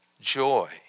joy